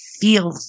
feel